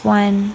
one